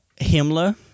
Himmler